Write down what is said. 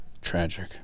Tragic